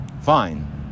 fine